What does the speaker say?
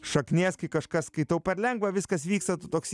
šaknies kai kažką skaitau per lengva viskas vyksta tu toks